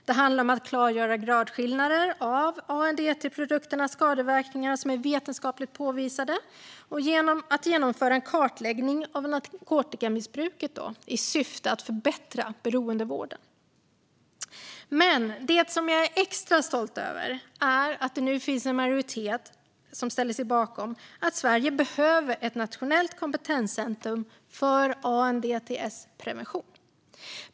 Det handlar om att klargöra de gradskillnader av ANDT-produkters skadeverkningar som är vetenskapligt påvisade och att genomföra en kartläggning av narkotikamissbruket i syfte att förbättra beroendevården. Men det som jag är extra stolt över är att det nu finns en majoritet som ställer sig bakom att Sverige behöver ett nationellt kompetenscentrum för ANDTS-prevention.